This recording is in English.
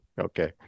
okay